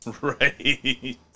Right